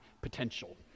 potential